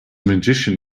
magician